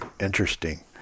interesting